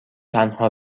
تنها